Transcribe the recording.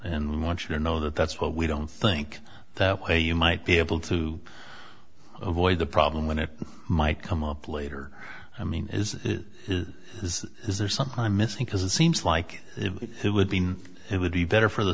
and we want your know that that's what we don't think that way you might be able to avoid the problem when it might come up later i mean is this is there something i'm missing because it seems like it would be it would be better for the